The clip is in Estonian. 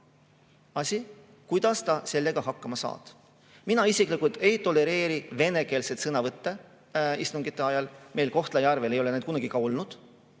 asi, kuidas ta sellega hakkama saab. Mina isiklikult ei tolereeri venekeelseid sõnavõtte istungite ajal. Meil Kohtla-Järvel ei ole neid kunagi ka olnud.